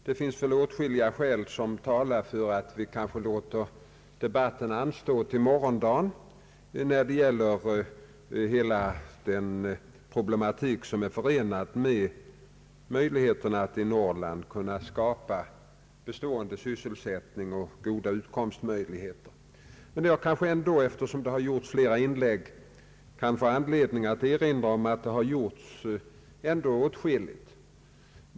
Det finns åtskilliga skäl som talar för att vi låter debatten om hela den problematik som är förenad med möjligheterna att i Norrland skapa bestående sysselsättning och goda utkomstmöjligheter anstå till morgondagen. Jag kanske ändå, eftersom det gjorts flera inlägg, skall erinra om att åtskilligt har utförts.